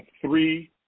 three